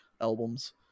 albums